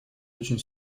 очень